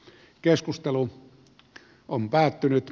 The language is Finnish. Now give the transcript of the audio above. keskustelu on päättynyt